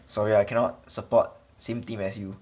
sorry I cannot support same team as you